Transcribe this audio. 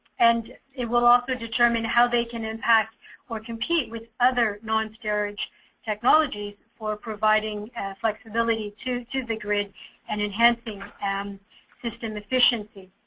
and it will also determine how they can impact or compete with other non-storage technologies for providing flexibility to to the grid and enhancing um system efficient.